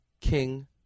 king